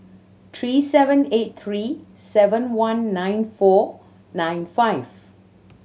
three seven eight three seven one nine four nine five